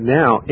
now